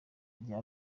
rya